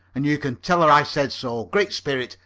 and you can tell her i said so. great spirit.